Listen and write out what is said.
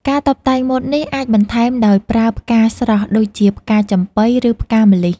ការតុបតែងម៉ូតនេះ អាចបន្ថែមដោយប្រើផ្កាស្រស់ ដូចជាផ្កាចំប៉ី ឬផ្កាម្លិះ។